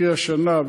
קרי השנה,